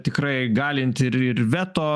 tikrai galinti ir ir veto